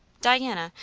diana,